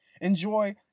enjoy